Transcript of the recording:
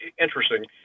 interesting